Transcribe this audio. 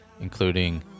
including